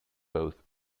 both